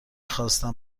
خواستم